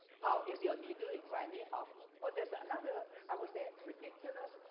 how is your knee doing, right, ni hao? well, there's another i would say ridiculous